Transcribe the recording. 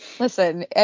Listen